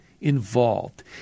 involved